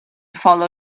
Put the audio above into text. follow